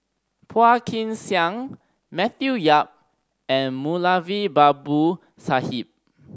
Phua Kin Siang Matthew Yap and Moulavi Babu Sahib